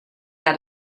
that